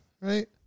right